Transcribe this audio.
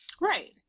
Right